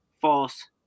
false